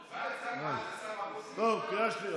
2022,